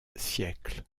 siècle